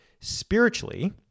spiritually